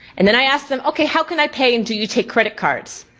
and then i asked them, okay how can i pay and do you take credit cards?